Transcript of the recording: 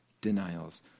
denials